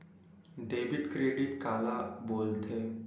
Debit credit काला बोल थे?